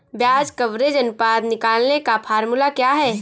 ब्याज कवरेज अनुपात निकालने का फॉर्मूला क्या है?